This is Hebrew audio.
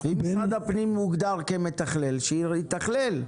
אם משרד הפנים מוגדר כמתכלל, שיתכלל.